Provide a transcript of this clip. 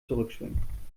zurückschwingen